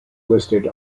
listed